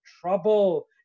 trouble